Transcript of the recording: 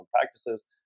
practices